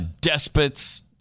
despots